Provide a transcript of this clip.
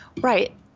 Right